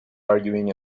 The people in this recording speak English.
arguing